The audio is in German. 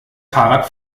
fahrrad